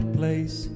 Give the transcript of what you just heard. place